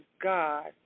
God